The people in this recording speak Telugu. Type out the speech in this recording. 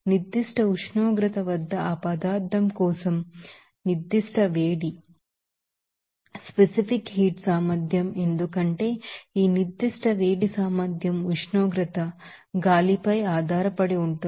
నిర్దిష్ట ఉష్ణోగ్రత వద్ద ఆ పదార్థం కోసం నిర్దిష్ట వేడి సామర్థ్యం ఎందుకంటే ఈ నిర్దిష్ట వేడి సామర్థ్యం ఉష్ణోగ్రత గాలిపై ఆధారపడి ఉంటుంది